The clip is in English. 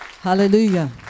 Hallelujah